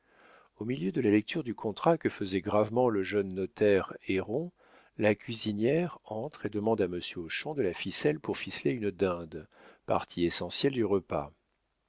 au milieu de la lecture du contrat que faisait gravement le jeune notaire héron la cuisinière entre et demande à monsieur hochon de la ficelle pour ficeler une dinde partie essentielle du repas